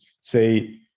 say